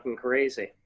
crazy